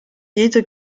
jede